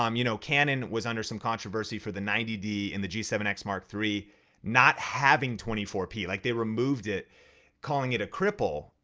um you know canon was under some controversy for the ninety d in the g seven x mark iii not having twenty four p. like they removed it calling it a cripple.